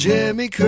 Jimmy